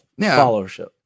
followership